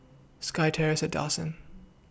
SkyTerrace At Dawson